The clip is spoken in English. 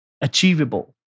achievable